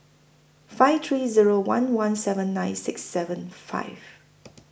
five three Zero one one seven nine six seven five